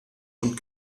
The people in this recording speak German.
und